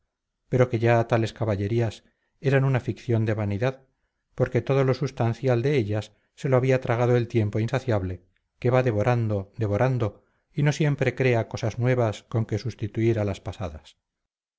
pero que ya tales caballerías eran una ficción de vanidad porque todo lo substancial de ellas se lo había tragado el tiempo insaciable que va devorando devorando y no siempre crea cosas nuevas con que sustituir a las pasadas